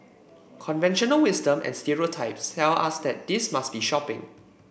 conventional wisdom and stereotypes tell us that this must be shopping